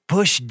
Push